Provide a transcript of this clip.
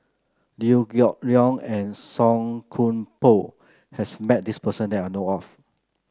Liew Geok Leong and Song Koon Poh has met this person that I know of